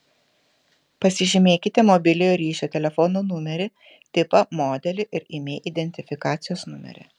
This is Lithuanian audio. pasižymėkite mobiliojo ryšio telefono numerį tipą modelį ir imei identifikacijos numerį